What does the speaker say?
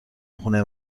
خونه